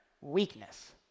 weakness